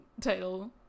title